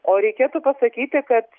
o reikėtų pasakyti kad